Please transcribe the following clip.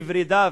לוורידיו,